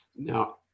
Now